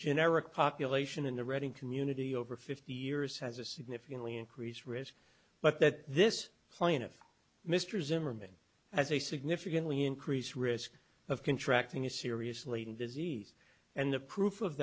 generic population in the reading community over fifty years has a significantly increased risk but that this plaintiff mr zimmerman as a significantly increased risk of contracting is seriously in disease and the proof of